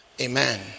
Amen